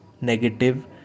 negative